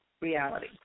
reality